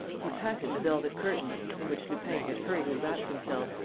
he patted the velvet curtain in which lupin had hurriedly wrapped himself